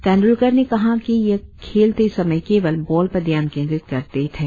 तेंदुलकर ने कहा कि वह खेलते समय केवल बॉल पर ध्यान केंद्रित करते थे